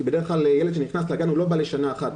כי בדרך כלל ילד שנכנס לגן הוא לא בא לשנה אחת,